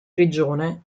prigione